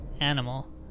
animal